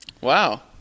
Wow